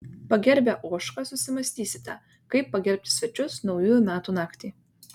pagerbę ožką susimąstysite kaip pagerbti svečius naujųjų metų naktį